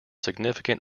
significant